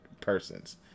persons